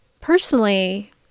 personally